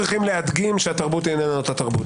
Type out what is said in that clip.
להגדיר שהתרבות אינה אותה תרבות.